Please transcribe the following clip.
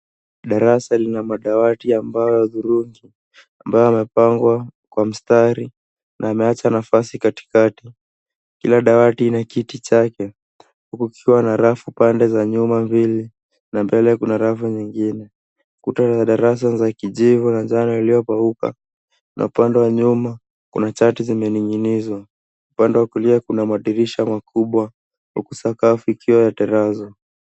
Darasa lina madawati ya mbao ya dharungi ambayo yamepangwa kwa mstari na ameacha nafasi katikati. Kila dawati ina kiti chake, huku kukiwa na rafu pande za nyuma mbili na mbele kuna rafu nyingine. Kuta za darasa ni za kijivu na njano iliyopauka, na upande wa nyuma kuna chati zimen'ginizwa. Upande wa kulia kuna madirisha makubwa huku sakafu ikiwa ya terazo.